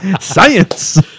Science